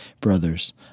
brothers